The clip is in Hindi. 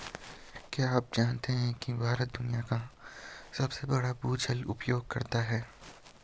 क्या आप जानते है भारत दुनिया का सबसे बड़ा भूजल उपयोगकर्ता है?